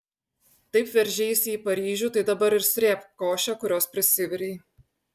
taip veržeisi į paryžių tai dabar ir srėbk košę kurios prisivirei